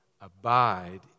Abide